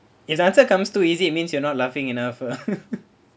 it's answer comes to is it means you are not laughing enough ah